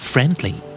Friendly